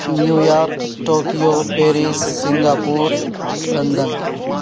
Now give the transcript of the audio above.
New York Tokyo Paris Singapore London